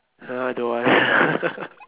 uh don't want